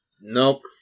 Nope